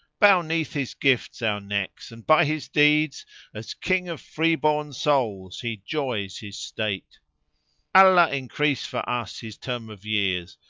bow neath his gifts our necks, and by his deeds as king of freeborn souls he joys his state allah increase for us his term of years,